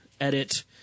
edit